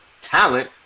talent